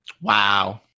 Wow